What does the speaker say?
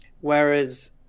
Whereas